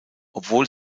obwohl